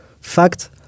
fact